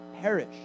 perish